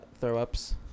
Throw-ups